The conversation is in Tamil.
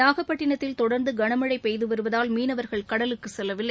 நாகப்பட்டினத்தில் தொடர்ந்து கனமழை பெய்து வருவதால் மீனவர்கள் கடலுக்குச் செல்லவில்லை